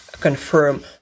confirm